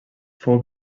fou